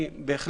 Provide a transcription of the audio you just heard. אני שמח